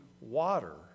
water